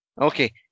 Okay